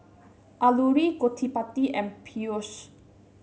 Alluri Gottipati and Peyush